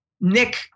Nick